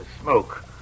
smoke